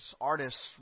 artists